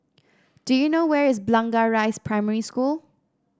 do you know where is Blangah Rise Primary School